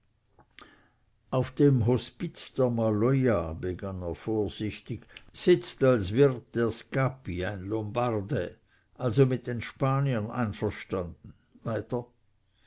auf dem hospiz der maloja begann er vorsichtig sitzt als wirt der scapi ein lombarde also mit den spaniern einverstanden weiter